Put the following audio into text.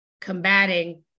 combating